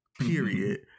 Period